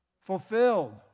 fulfilled